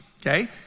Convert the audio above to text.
okay